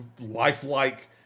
lifelike